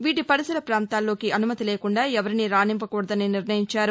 వీటి పరిసర ప్రాంతాల్లోకి అనుమతి లేకుండా ఎవరినీ రానివ్వకూడదని నిర్ణయించారు